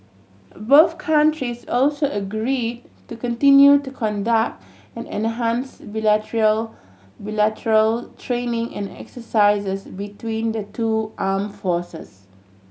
both countries also agree to continue to conduct and enhance bilateral bilateral training and exercises between the two arm forces